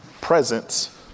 presence